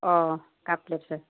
অঁ cup plates হয়